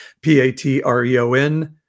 P-A-T-R-E-O-N